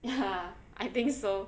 ya I think so